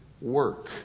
work